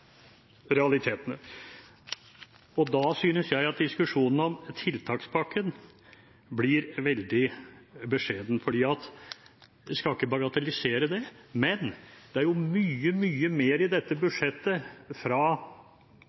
realitetene. Da synes jeg at diskusjonen om tiltakspakken blir veldig beskjeden. Jeg skal ikke bagatellisere det, men det er mye, mye mer i dette budsjettet fra